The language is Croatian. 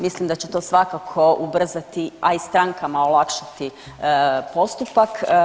Mislim da će to svakako ubrzati, a i strankama olakšati postupak.